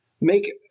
make